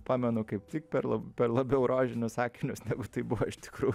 pamenu kaip tik per lab per labiau rožinius akinius tai buvo iš tikrų